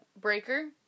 Breaker